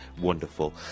wonderful